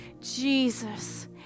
Jesus